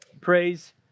Praise